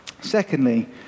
Secondly